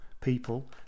people